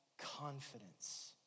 Confidence